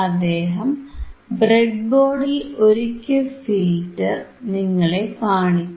അദ്ദേഹം ബ്രെഡ്ബോർഡിൽ ഒരുക്കിയ ഫിൽറ്റർ നിങ്ങളെ കാണിക്കും